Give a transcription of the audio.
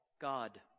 God